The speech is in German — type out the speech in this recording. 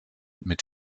mit